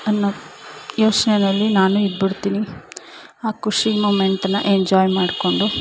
ಅನ್ನೋ ಯೋಚ್ನೆಯಲ್ಲಿ ನಾನು ಇದ್ಬಿಡ್ತೀನಿ ಆ ಖುಷಿ ಮುಮೆಂಟನ್ನ ಎಂಜಾಯ್ ಮಾಡಿಕೊಂಡು